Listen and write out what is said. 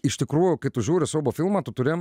iš tikrųjų kai tu žiūri siaubo filmą tu turi